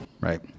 Right